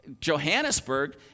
Johannesburg